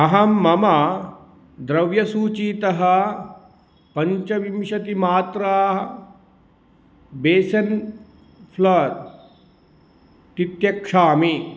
अहं मम द्रव्यसूचीतः पञ्चविंशतिमात्रा बेसन् फ्लोर् तित्यक्षामि